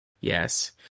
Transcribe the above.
Yes